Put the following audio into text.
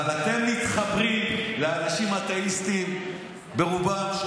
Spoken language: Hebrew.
אבל אתם מתחברים לאנשים אתאיסטים ברובם,